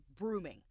brooming